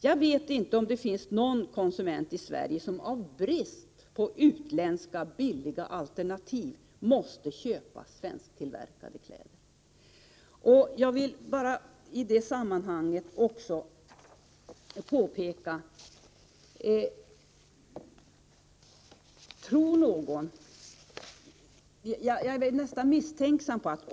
Jag vet inte om det finns någon konsument i Sverige som i brist på utländska billiga alternativ måste köpa svensktillverkade kläder.